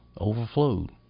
overflowed